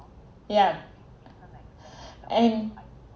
yeah and